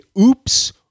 oops